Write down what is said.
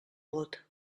vot